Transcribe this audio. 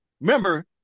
remember